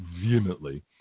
vehemently